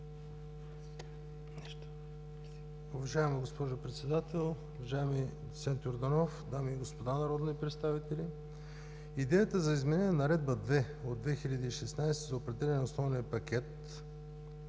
Уважаема госпожо Председател, уважаеми доц. Йорданов, дами и господа народни представители! Идеята за изменение на Наредба № 2 от 2016 г. за определяне на основния пакет